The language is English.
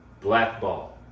Blackball